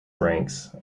ranks